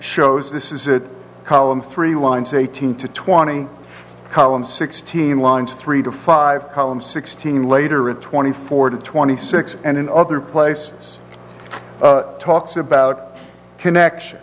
shows this is it columns three lines eighteen to twenty columns sixteen lines three to five columns sixteen later at twenty four to twenty six and in other places talks about connection